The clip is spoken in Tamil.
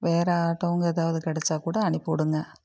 வேறு ஆட்டோங்க ஏதாவது கிடச்சா கூட அனுப்பி விடுங்க